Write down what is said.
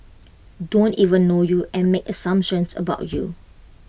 don't even know you and make assumptions about you